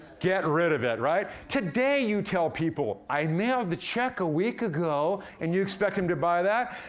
get rid of it, right? today, you tell people, i mailed the check a week ago, and you expect them to buy that.